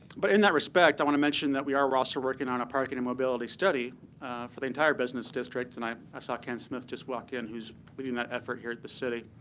but in that respect, i want to mention that we are also working on a parking and mobility study for the entire business district. and i i saw ken smith just walk in, who's leading that effort here at the city.